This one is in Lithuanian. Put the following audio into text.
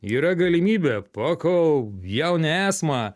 yra galimybė pakol jauni esma